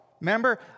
Remember